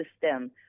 system